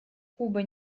куба